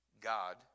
God